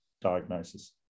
diagnosis